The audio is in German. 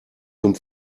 zum